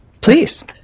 Please